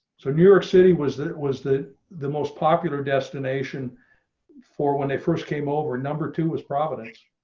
so new york city was. that was the the most popular destination for when they first came over. number two was providence.